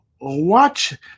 Watch